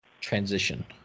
transition